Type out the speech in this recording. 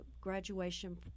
graduation